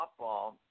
softball